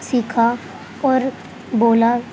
سیکھا اور بولا